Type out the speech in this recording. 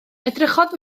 edrychodd